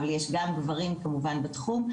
אבל יש גברים כמובן בתחום,